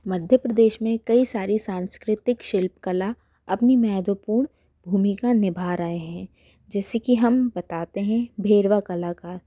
मध्य प्रदेश में कई सारी सांस्कृतिक शिल्पकला अपनी महत्त्वपूर्ण भूमिका निभा रहे हैं जैसे कि हम बताते हैं भेरवा कलाकार